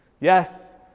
Yes